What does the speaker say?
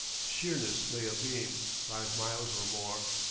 sheerness lay abeam, five miles or more.